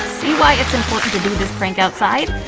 see why it's important to do this prank outside?